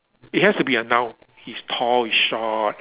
it has to be a noun he's tall he's short